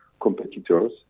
competitors